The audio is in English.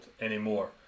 anymore